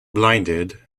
blinded